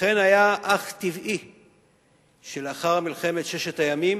לכן היה אך טבעי שלאחר מלחמת ששת הימים